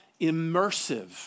immersive